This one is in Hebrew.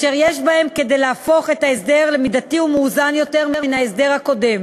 אשר יש בהם כדי להפוך את ההסדר למידתי ומאוזן יותר מן ההסדר הקודם: